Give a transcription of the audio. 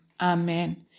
Amen